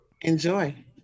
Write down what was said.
enjoy